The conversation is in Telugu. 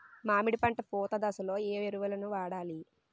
మామిడి పంట పూత దశలో ఏ ఎరువులను వాడాలి?